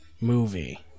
movie